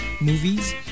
movies